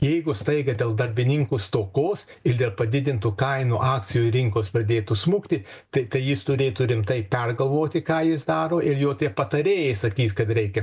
jeigu staiga dėl darbininkų stokos ir dėl padidintų kainų akcijų rinkos pradėtų smukti tai kai jis turėtų rimtai pergalvoti ką jis daro ir jo patarėjai sakys kad reikia